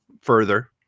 further